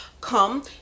come